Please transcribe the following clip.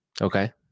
Okay